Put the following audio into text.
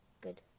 Good